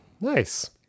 nice